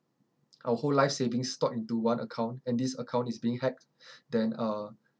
our whole life savings stored into one account and this account is being hacked then uh